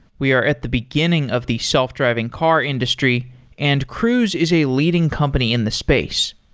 we are at the beginning of the self-driving car industry and cruise is a leading company in the space.